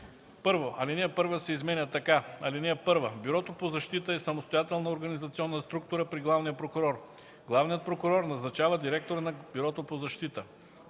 1. Алинея 1 се изменя така: „(1) Бюрото по защита е самостоятелна организационна структура при главния прокурор. Главният прокурор назначава директор на Бюрото по защита.”